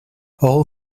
all